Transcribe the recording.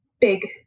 big